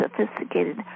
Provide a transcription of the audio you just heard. sophisticated